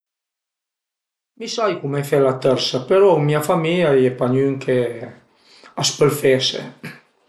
Mi sai cume fe la tërsa però ën mia famìa a ié pa gnün che a s'pöl fèse